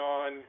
on